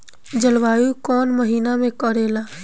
जलवायु कौन महीना में करेला?